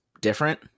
different